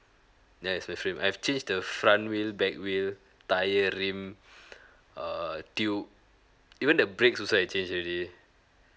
ya is my frame I've changed the front wheel back wheel tyre rim err tube even the brakes also I changed already